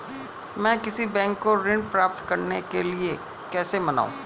मैं किसी बैंक को ऋण प्राप्त करने के लिए कैसे मनाऊं?